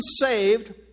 saved